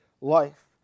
life